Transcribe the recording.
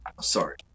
sorry